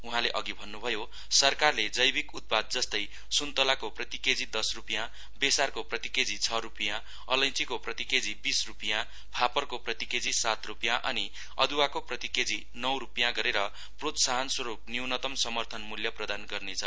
उहाँले अघि भन्नभयो सरकारले जैविक उत्पाद जस्तै सुन्तलाको प्रति केजी दश रूपियाँ बेसारको प्रति केजी छ रूपियाँ अलैंचीको प्रति केजी बीस रूपिया फापरको प्रति केजी सात रूपियाँ अनि अदुवाको प्रति केजी नौं रूपियाँ गरेर प्रोत्साहनस्वरूप न्यूनतम समर्थन मूल्य प्रदान गर्नेछ